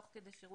תוך כדי שירות,